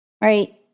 right